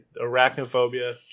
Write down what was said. Arachnophobia